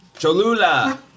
Cholula